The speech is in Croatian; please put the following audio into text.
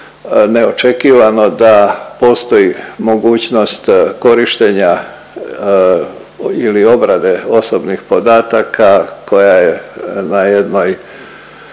neočekivano da postoji mogućnost korištenja ili obrade osobnih podataka koja je na jednoj